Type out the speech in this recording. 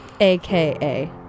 AKA